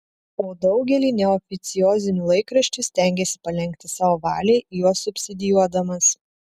o daugelį neoficiozinių laikraščių stengėsi palenkti savo valiai juos subsidijuodamas